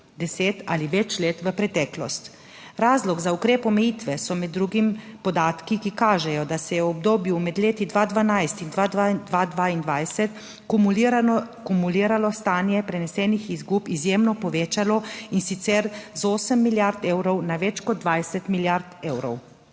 deset ali več let v preteklost. Razlog za ukrep omejitve so med drugim podatki, ki kažejo, da se je v obdobju med leti 2012 in 2022 akumulirano kumuliralo stanje prenesenih izgub izjemno povečalo in sicer z 8 milijard evrov na več kot 20 milijard evrov.